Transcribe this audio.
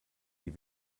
die